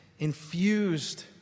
infused